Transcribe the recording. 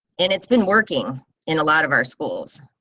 and it's been working in a lot of our schools.